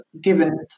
given